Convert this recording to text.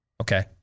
Okay